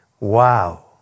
Wow